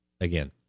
Again